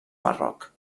marroc